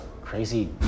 crazy